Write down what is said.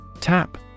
Tap